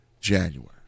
January